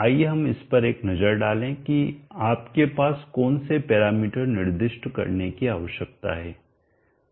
आइए हम इस पर एक नज़र डालें कि आपको कौन से पैरामीटर निर्दिष्ट करने की आवश्यकता है